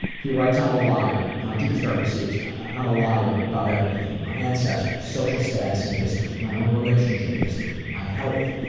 he writes, um ah deepest, darkest, secrets, i am a liar. about everything, my ancestors social status and history, my own relationships history, my health,